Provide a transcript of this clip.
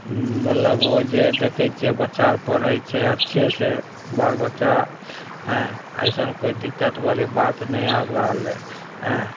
मतलब ओ जे देखैत छियै बच्चा आर पढ़ैत छै अच्छे से बालबच्चा एँ अइसन कोइ दिक्कतबाली बात नहि आब रहलै एँ